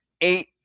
eight